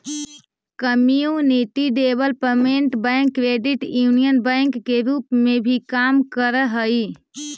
community development bank credit union bank के रूप में भी काम करऽ हइ